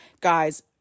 guys